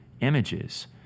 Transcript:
images